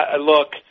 Look